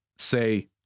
Say